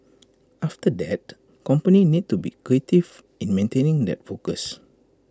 after that companies need to be creative in maintaining that focus